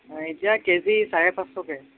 এতিয়া কেজি চাৰে পাঁচশকে